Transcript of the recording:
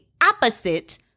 opposite